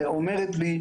אומרת לי,